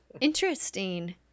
Interesting